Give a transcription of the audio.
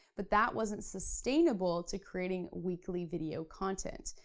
but that wasn't sustainable to creating weekly video content.